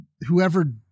whoever